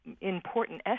important